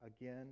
again